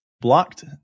blocked